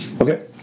Okay